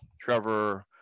Trevor